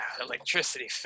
electricity